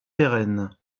pérenne